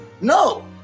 No